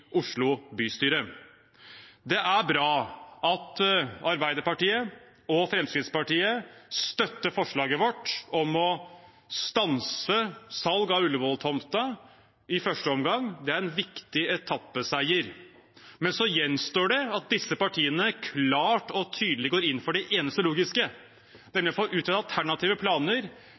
Oslo bystyre. Det er bra at Arbeiderpartiet og Fremskrittspartiet støtter forslaget vårt om å stanse salg av Ullevål-tomta i første omgang, det er en viktig etappeseier. Men så gjenstår det at disse partiene klart og tydelig går inn for det eneste logiske, nemlig å få utredet alternative planer